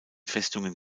festungen